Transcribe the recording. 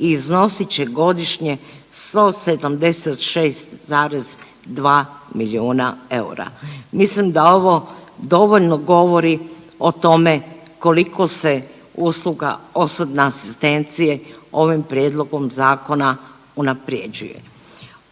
i iznosit će godišnje 176,2 miliona eura. Mislim da ovo dovoljno govori o tome koliko se usluga osobne asistencije ovim prijedlogom zakona unaprjeđuje.